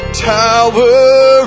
tower